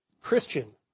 Christian